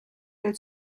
del